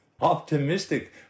optimistic